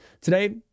Today